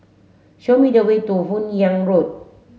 show me the way to Hun Yeang Road